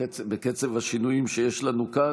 בקצב השינויים שיש לנו כאן,